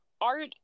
art